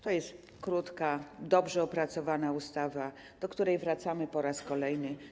To jest krótka, dobrze opracowana ustawa, do której wracamy po raz kolejny.